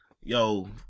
yo